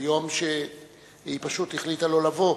היום שהיא פשוט החליטה לא לבוא.